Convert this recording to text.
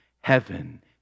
heaven